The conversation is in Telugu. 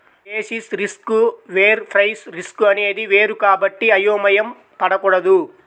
బేసిస్ రిస్క్ వేరు ప్రైస్ రిస్క్ అనేది వేరు కాబట్టి అయోమయం పడకూడదు